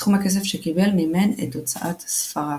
ומסכום הכסף שקיבל מימן את הוצאת ספריו.